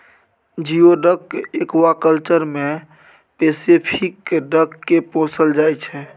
geoduck aquaculture मे Pacific duck केँ पोसल जाइ छै